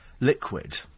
liquid